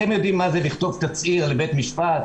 אתם יודעים מה זה לכתוב תצהיר לבית משפט?